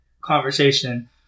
conversation